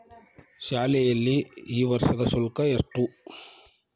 ಶಾಲೆಯಲ್ಲಿ ಈ ವರ್ಷದ ಶುಲ್ಕ ಎಷ್ಟು?